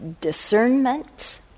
discernment